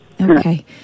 Okay